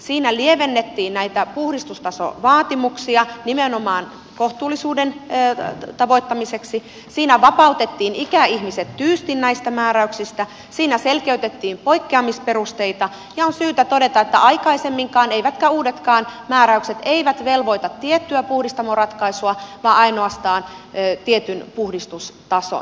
siinä lievennettiin näitä puhdistustasovaatimuksia nimenomaan kohtuullisuuden tavoittamiseksi siinä vapautettiin ikäihmiset tyystin näistä määräyksistä siinä selkeytettiin poikkeamisperusteita ja on syytä todeta etteivät aikaisemmatkaan eivätkä uudetkaan määräykset velvoita tiettyä puhdistamoratkaisua vaan ainoastaan tietyn puhdistustason